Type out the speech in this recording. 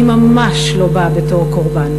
אני ממש לא באה בתור קורבן.